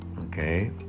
okay